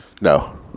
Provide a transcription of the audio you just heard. No